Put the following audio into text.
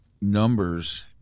numbers